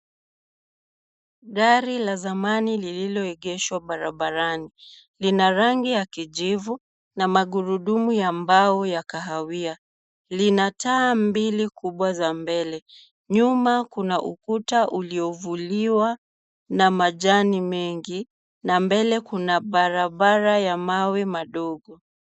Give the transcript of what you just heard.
Gari la zamani lililoegeshwa barabarani, lina rangi ya kijivu na magurudumu ya mbao ya kahawia. Lina taa mbili kubwa za mbele, nyuma kuna ukuta uliovuliwa na majani mengi, na mbele kuna barabara ya mawe madogo.